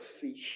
fish